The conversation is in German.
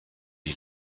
die